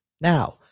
Now